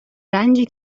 رنجی